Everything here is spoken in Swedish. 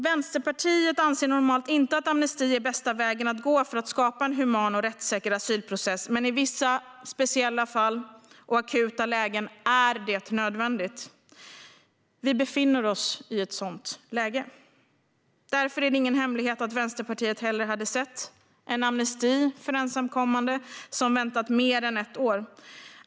Vänsterpartiet anser normalt inte att amnesti är bästa vägen att gå för att skapa en human och rättssäker asylprocess, men i vissa speciella fall och akuta lägen är det nödvändigt. Vi befinner oss i ett sådant läge. Därför är det ingen hemlighet att Vänsterpartiet hellre hade sett en amnesti för ensamkommande som väntat mer än ett år.